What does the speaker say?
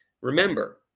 Remember